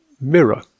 mirror